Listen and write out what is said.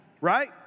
Right